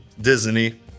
Disney